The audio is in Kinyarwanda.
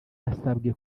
asabwe